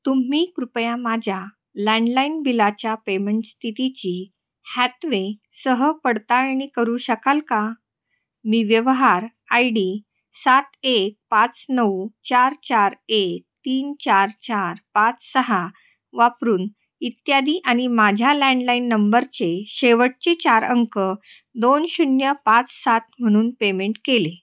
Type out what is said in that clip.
तुम्ही कृपया माझ्या लँडलाईन बिलाच्या पेमेंट स्थितीची हॅथवेसह पडताळणी करू शकाल का मी व्यवहार आय डी सात एक पाच नऊ चार चार एक तीन चार चार पाच सहा वापरून इत्यादी आणि माझ्या लँडलाईन नंबरचे शेवटचे चार अंक दोन शून्य पाच सात म्हणून पेमेंट केले